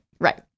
Right